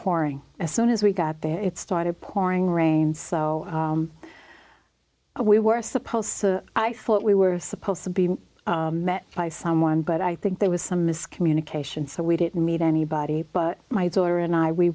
pouring as soon as we got there it started pouring rain so we were supposed to i thought we were supposed to be met by someone but i think there was some miscommunication so we didn't meet anybody but my daughter and i we